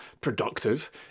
productive